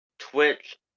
twitch